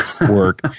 work